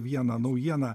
vieną naujieną